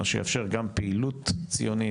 מה שיאפשר גם פעילות ציונית,